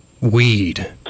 weed